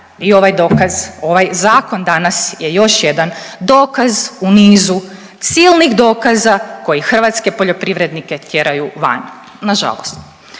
ovaj zakon danas je još jedan dokaz u niz silnih dokaza koji hrvatske poljoprivrednike tjeraju van, nažalost.